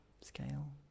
scale